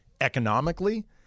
economically